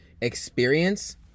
experience